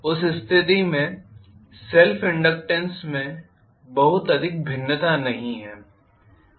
उस स्थिति में सेल्फ़ इनडक्टेन्स में बहुत अधिक भिन्नता नहीं है